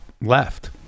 left